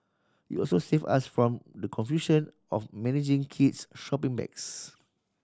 it also save us from the confusion of managing kids shopping bags